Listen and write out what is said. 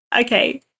okay